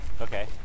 Okay